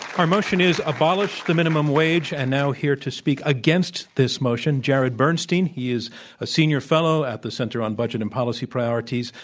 our motion is abolish the minimum wage. and now here to speak against this motion, jared bernstein, he is a senior fellow at the center on budget and policy priorities,